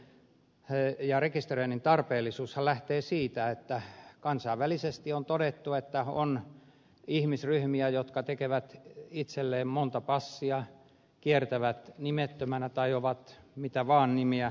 tämän rekisterin ja rekisteröinnin tarpeellisuushan lähtee siitä että kansainvälisesti on todettu että on ihmisryhmiä jotka tekevät itselleen monta passia kiertävät nimettömänä tai on mitä vaan nimiä